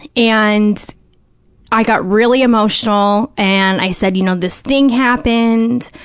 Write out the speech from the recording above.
and i got really emotional and i said, you know, this thing happened,